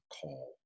call